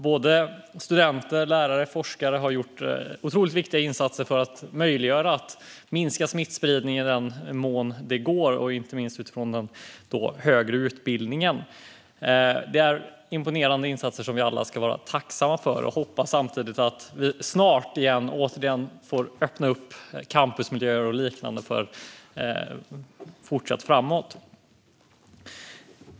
Både studenter, lärare och forskare har gjort otroligt viktiga insatser där för att möjliggöra minskad smittspridning i den mån det går. Det är imponerande insatser som vi alla ska vara tacksamma för samtidigt som vi hoppas att campusmiljöer och liknande snart får öppna upp igen.